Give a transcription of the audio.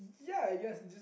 yea I guess